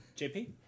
JP